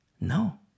No